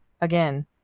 again